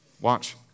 Watch